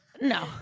No